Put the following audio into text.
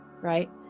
right